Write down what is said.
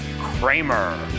Kramer